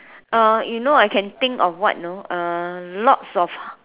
uh you know I can think of what you know uh lots of